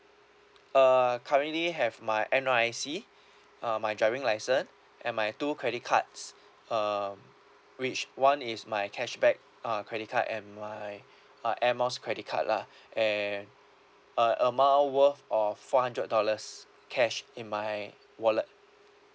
uh currently have my N_R_I_C uh my driving license and my two credit cards um which one is my cashback uh credit card and my uh air miles credit card lah and a amount worth of four hundred dollars cash in my wallet